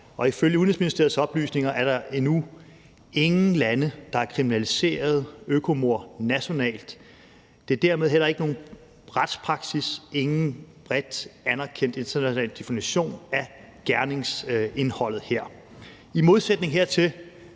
og ifølge Udenrigsministeriets oplysninger er der endnu ingen lande, der har kriminaliseret økomord nationalt, og der er dermed heller ikke nogen retspraksis, ingen bredt anerkendt international definition af gerningsindholdet her. I modsætning hertil